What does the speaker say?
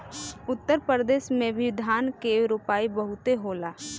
उत्तर प्रदेश में भी धान के रोपाई बहुते होला